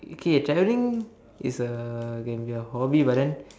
okay traveling is a can be a hobby but then